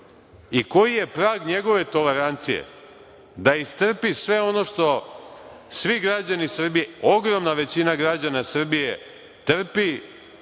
i koji je prag njegove tolerancije da istrpi sve ono što svi građani Srbije, ogromna većina građana Srbije trpi